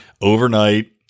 overnight